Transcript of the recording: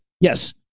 yes